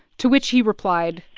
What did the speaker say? to which he replied.